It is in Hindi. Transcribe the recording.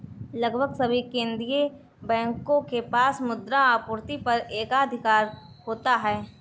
लगभग सभी केंदीय बैंकों के पास मुद्रा आपूर्ति पर एकाधिकार होता है